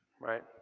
right